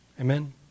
Amen